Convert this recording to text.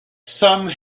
some